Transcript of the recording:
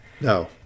No